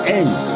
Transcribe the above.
end